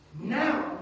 Now